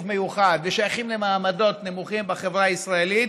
מיוחד ושייכים למעמדות נמוכים בחברה הישראלית,